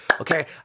Okay